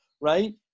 right